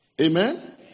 Amen